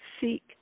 seek